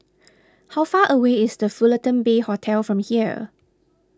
how far away is the Fullerton Bay Hotel from here